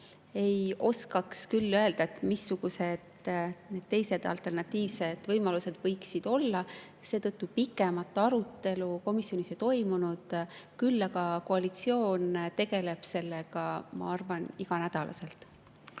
ei oskaks küll öelda, missugused need teised, alternatiivsed võimalused võiksid olla. Seetõttu pikemat arutelu komisjonis ei toimunud, küll aga koalitsioon tegeleb sellega, ma arvan, iganädalaselt.